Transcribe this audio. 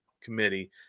Committee